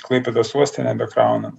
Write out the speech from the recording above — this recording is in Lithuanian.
klaipėdos uoste nebekrauna